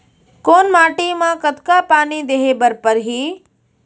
कोन माटी म कतका पानी देहे बर परहि?